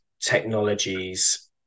technologies